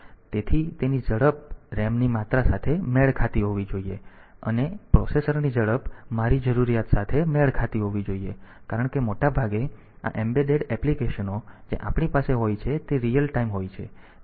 તેથી તેની ઝડપ RAM ની માત્રા સાથે મેળ ખાતી હોવી જોઈએ અને પ્રોસેસરની ઝડપ મારી જરૂરિયાત સાથે મેળ ખાતી હોવી જોઈએ કારણ કે મોટાભાગે આ એમ્બેડેડ એપ્લિકેશનો જે આપણી પાસે હોય છે તે રીયલ ટાઇમ હોય છે